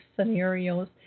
scenarios